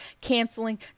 canceling